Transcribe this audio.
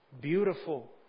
beautiful